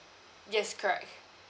yes correct